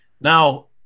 Now